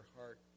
heart